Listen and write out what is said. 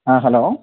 ആ ഹലോ